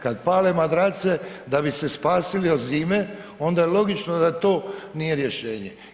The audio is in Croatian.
Kad pale madrace da bi se spasili od zime onda je logično da to nije rješenje.